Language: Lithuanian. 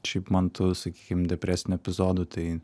šiaip man tų sakykim depresinių epizodų tai